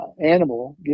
animal